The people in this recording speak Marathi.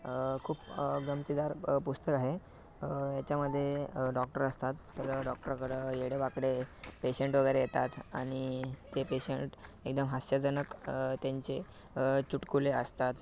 अ खूप गमतीदार पुस्तक आहे हेच्यामध्ये डॉक्टर असतात तर डॉक्टरकडं वेडेवाकडे पेशंट वगैरे येतात आणि ते पेशंट एकदम हास्यजनक त्यांचे चुटकुले असतात